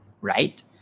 right